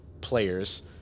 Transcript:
players